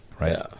right